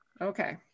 Okay